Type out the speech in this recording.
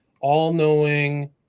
all-knowing